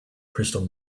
crystal